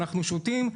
אנחנו שותים,